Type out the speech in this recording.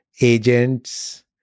agents